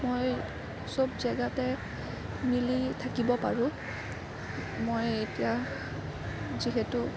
মই চব জেগাতে মিলি থাকিব পাৰোঁ মই এতিয়া যিহেতু